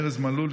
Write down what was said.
ארז מלול,